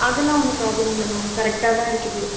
அதெல்லாம் ஒன்றும் ப்ராப்ளம் இல்லை மேம் கரெக்டாக தான் இருக்குது